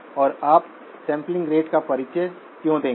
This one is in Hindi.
और आप सैंपलिंग रेट का परिचय क्यों देंगे